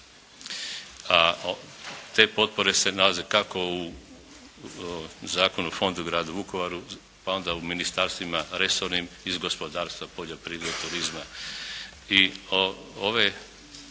a te potpore se nalaze kako u Zakonu o Fondu gradu Vukovaru pa onda u ministarstvima resornim iz gospodarstva, poljoprivrede, turizma